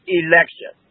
election